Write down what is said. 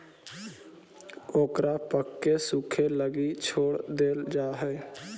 ओकरा पकके सूखे लगी छोड़ देल जा हइ